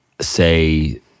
say